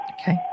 Okay